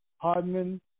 Hardman